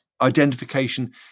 identification